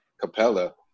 Capella